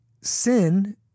sin